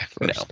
No